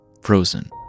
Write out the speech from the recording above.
frozen